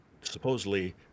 supposedly